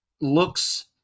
Looks